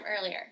earlier